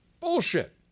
Bullshit